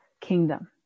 kingdom